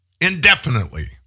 indefinitely